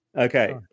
Okay